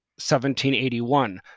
1781